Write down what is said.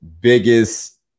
biggest